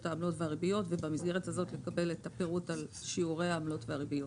העמלות והריביות ובמסגרת הזאת לקבל את פירוט שיעורי העמלות והריביות.